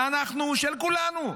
-- של כולנו.